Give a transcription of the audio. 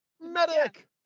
medic